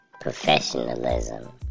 professionalism